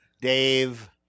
Dave